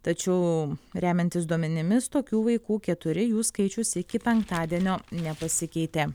tačiau remiantis duomenimis tokių vaikų keturi jų skaičius iki penktadienio nepasikeitė